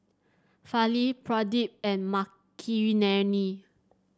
Fali Pradip and Makineni